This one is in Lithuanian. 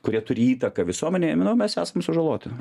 kurie turi įtaką visuomenėje manau mes esam sužaloti